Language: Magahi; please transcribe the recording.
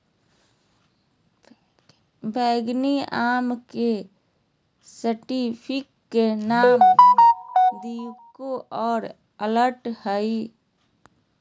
बैंगनी आम के साइंटिफिक नाम दिओस्कोरेआ अलाटा हइ